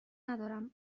ندارم